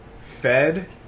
fed